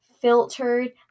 filtered